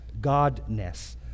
godness